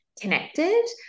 connected